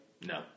No